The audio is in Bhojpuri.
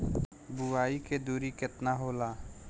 बुआई के दुरी केतना होला?